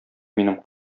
минем